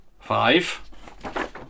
five